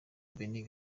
benin